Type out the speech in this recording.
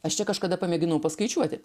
aš čia kažkada pamėginau paskaičiuoti